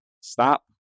Stop